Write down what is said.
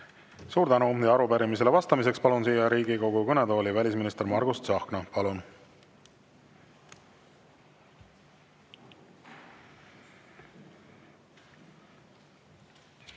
Suur tänu! Arupärimisele vastamiseks palun Riigikogu kõnetooli välisminister Margus Tsahkna.